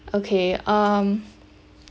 okay um